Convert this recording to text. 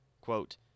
Quote